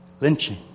Lynching